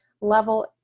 level